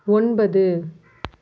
ஒன்பது